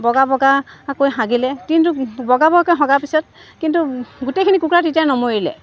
বগা বগা কৈ হাগিলে কিন্তু বগা বগাকৈ হগা পিছত কিন্তু গোটেইখিনি কুকুৰা তেতিয়া নমৰিলে